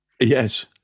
Yes